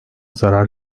zarar